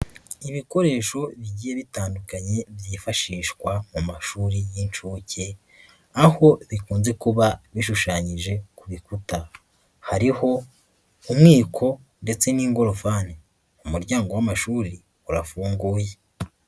Ibikoresho bigiye bitandukanye byifashishwa mu mashuri y'inshuke, aho bikunze kuba bishushanyije ku bikuta. Hariho umwiko ndetse n'ingorofani. Umuryango w'amashuri urafunguye.